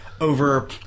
Over